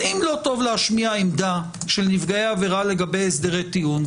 אם לא טוב להשמיע עמדה של נפגעי עבירה לגבי הסדרי טיעון,